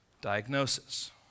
diagnosis